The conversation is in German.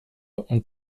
und